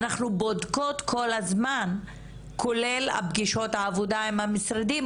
אנחנו בודקות כל הזמן כולל פגישות העבודה עם המשרדים,